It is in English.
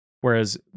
Whereas